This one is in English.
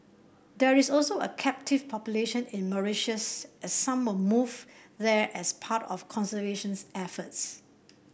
there is also a captive population in Mauritius as some were moved there as part of conservation efforts